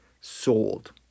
sold